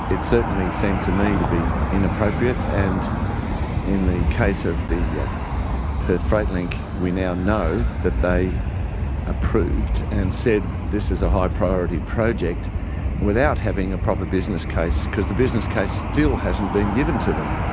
it certainly seemed to me to be inappropriate, and in the case of the yeah perth freight link we now know that they approved and said this is a high priority project without having a proper business case because the business case still hasn't been given to them,